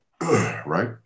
Right